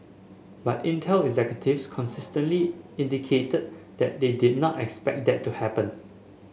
but Intel executives consistently indicated that they did not expect that to happen